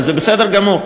וזה בסדר גמור.